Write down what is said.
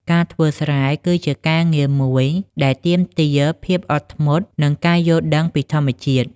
ការធ្វើស្រែ គឺជាការងារមួយដែលទាមទារភាពអត់ធ្មត់ និងការយល់ដឹងពីធម្មជាតិ។